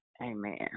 Amen